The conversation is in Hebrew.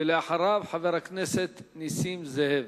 ואחריו, חבר הכנסת נסים זאב.